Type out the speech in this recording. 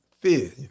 Fear